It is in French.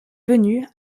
venue